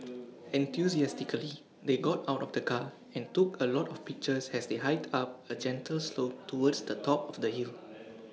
enthusiastically they got out of the car and took A lot of pictures as they hiked up A gentle slope towards the top of the hill